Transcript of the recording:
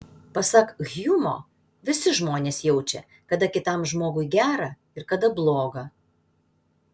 pasak hjumo visi žmonės jaučia kada kitam žmogui gera ir kada bloga